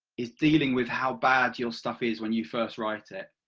is dealing with how bad you are stuff is when you first write it.